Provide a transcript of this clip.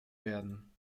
werden